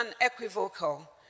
unequivocal